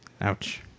Ouch